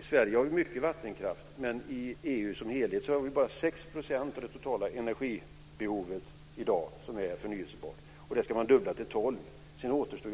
I Sverige har vi mycket vattenkraft, men i EU som helhet är bara 6 % av den totala energiproduktionen förnyelsebar i dag. Det ska man nu dubbla till 12 %. Sedan återstår,